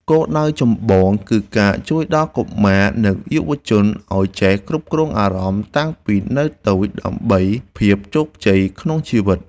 គោលដៅចម្បងគឺការជួយដល់កុមារនិងយុវជនឱ្យចេះគ្រប់គ្រងអារម្មណ៍តាំងពីនៅតូចដើម្បីភាពជោគជ័យក្នុងជីវិត។